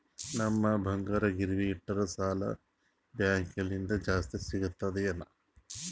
ನಮ್ ಬಂಗಾರ ಗಿರವಿ ಇಟ್ಟರ ಸಾಲ ಬ್ಯಾಂಕ ಲಿಂದ ಜಾಸ್ತಿ ಸಿಗ್ತದಾ ಏನ್?